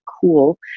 Cool